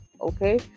okay